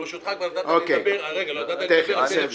ברשותך, אם כבר נתת לי לדבר,